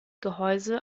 gehäuse